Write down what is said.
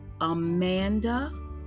Amanda